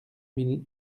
mille